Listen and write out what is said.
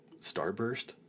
Starburst